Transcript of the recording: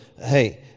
hey